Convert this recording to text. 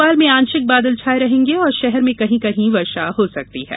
भोपाल में आंशिक बादल छाये रहेंगे और शहर में कहीं कहीं वर्षा हो सकती है